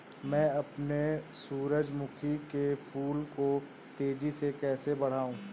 मैं अपने सूरजमुखी के फूल को तेजी से कैसे बढाऊं?